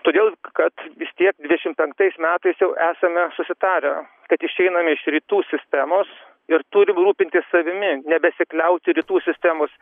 todėl kad vis tiek dvidešim penktais metais jau esame susitarę kad išeiname iš rytų sistemos ir turim rūpintis savimi nebesikliauti rytų sistemos